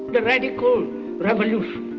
the radical revolution.